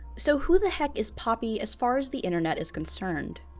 so who the heck is poppy as far as the internet is concerned?